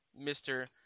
Mr